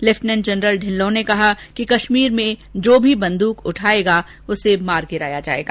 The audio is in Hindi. लेफिटनेंट जनरल ढिल्लो ने कहा कि कश्मीर में जो भी बंद्रक उठायेगा उसे मार गिराया जाएगा